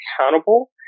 accountable